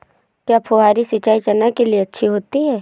क्या फुहारी सिंचाई चना के लिए अच्छी होती है?